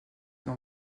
dans